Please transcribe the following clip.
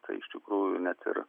tai iš tikrųjų net ir